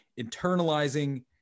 internalizing